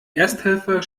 ersthelfer